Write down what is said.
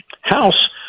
House